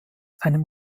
einem